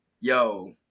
Yo